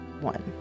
one